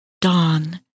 Dawn